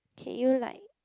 can you like